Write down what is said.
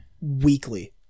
Weekly